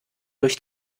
durch